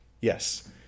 Yes